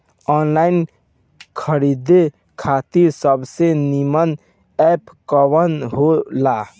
Online खरीदे खातिर सबसे नीमन एप कवन हो ला?